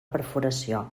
perforació